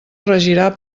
regirà